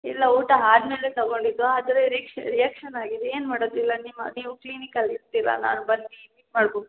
ಇಲ್ಲ ಊಟ ಆದ್ಮೇಲೆ ತಗೋಂಡಿದ್ದು ಆದ್ರೆ ರಿಯಾಕ್ಷನ್ ಆಗಿದೆ ಏನು ಮಾಡೋದು ಇಲ್ಲ ನಿಮ್ಮ ನೀವು ಕ್ಲಿನಿಕಲ್ಲಿ ಇರ್ತಿರಲ್ಲ ಬಂದು ಮೀಟ್ ಮಾಡ್ಬೇಕ್